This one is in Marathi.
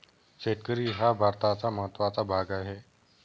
शेतकरी हा भारताचा महत्त्वाचा भाग आहे